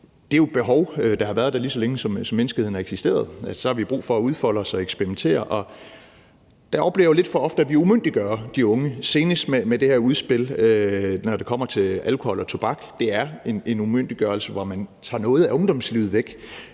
Det er jo et behov, der har været der, lige så længe som menneskeheden har eksisteret, og så har vi brug for at udfolde os og eksperimentere, men der oplever jeg lidt for ofte, at vi umyndiggør de unge, senest med det her udspil, når det kommer til alkohol og tobak, det er en umyndiggørelse, hvor man tager noget af ungdomslivet væk